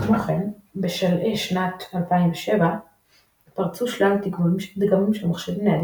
כמו כן בשלהי 2007 פרצו שלל דגמים של מחשבים ניידים